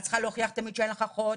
את צריכה להוכיח תמיד שאין לך אחות,